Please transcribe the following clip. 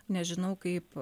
nežinau kaip